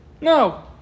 No